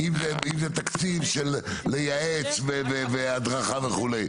בוודאי, אם זה תקציב של לייעץ והדרכה וכו'.